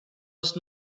does